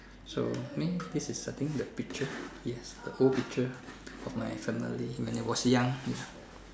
so mean this is the I think the picture yes the old picture of my family when I was young ya